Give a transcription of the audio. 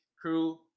crew